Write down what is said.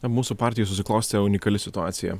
na mūsų partijoj susiklostė unikali situacija